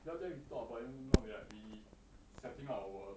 now then you talk but then now we setting up our